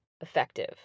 effective